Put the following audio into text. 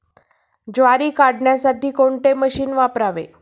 ज्वारी काढण्यासाठी कोणते मशीन वापरावे?